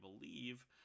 believe